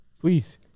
please